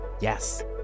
Yes